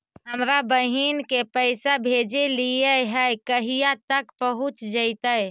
हमरा बहिन के पैसा भेजेलियै है कहिया तक पहुँच जैतै?